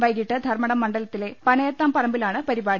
വൈകിട്ട് ധർമ്മടം മണ്ഡലത്തിലെ പനയ ത്താംപറമ്പിലാണ് പരിപാടി